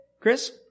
Chris